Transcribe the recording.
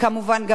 גם ערד.